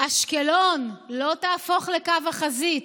"אשקלון לא תהפוך לקו החזית,